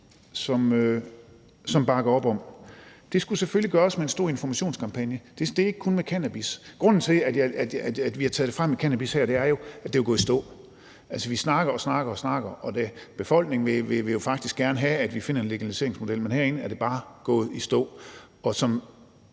som bakker op om det. Det skulle selvfølgelig gøres med en stor informationskampagne, og det gælder ikke kun for cannabis' vedkommende. Grunden til, at vi har taget det med cannabis frem her, er jo, at det er gået i stå. Vi snakker og snakker og snakker, og befolkningen vil jo faktisk gerne have, at vi finder en legaliseringsmodel, men herinde er det bare gået i stå, og som